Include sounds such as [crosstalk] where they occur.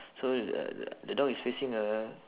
[breath] so [noise] the dog is facing a